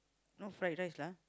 not fried rice lah